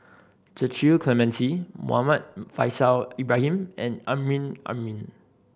Cecil Clementi Muhammad Faishal Ibrahim and Amrin Amin